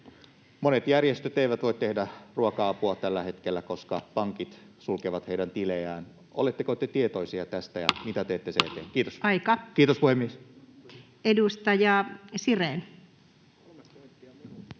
Monet järjestöt eivät voi tehdä ruoka-apua tällä hetkellä, koska pankit sulkevat heidän tilejään. Oletteko te tietoisia tästä, [Puhemies: Aika!] ja mitä teette sen eteen?